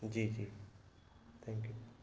जी जी थैंक्यू